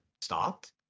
stopped